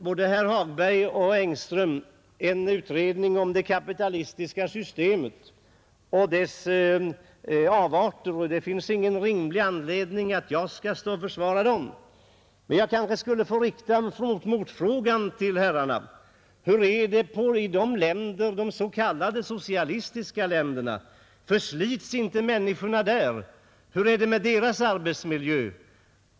Både herr Hagberg och herr Engström hade en utläggnig om det kapitalistiska systemet och dess avarter. Det finns ingen rimlig anledning för mig att försvara dessa avarter, men jag kanske kan få rikta en motfråga till herrarna: Hur är det i de s.k. socialistiska länderna? Förslits inte människorna där? Hur är det med deras arbetsmiljö?